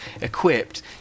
equipped